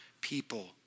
people